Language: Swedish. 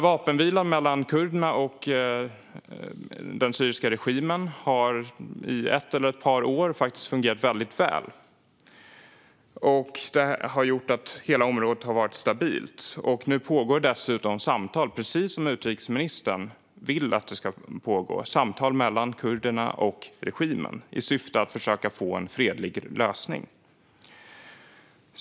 Vapenvilan mellan kurderna och den syriska regimen har i ett eller ett par år fungerat väldigt väl. Det har gjort att hela området har varit stabilt. Nu pågår dessutom samtal, precis som utrikesministern vill att det ska göra, mellan kurderna och regimen i syfte att försöka få en fredlig lösning.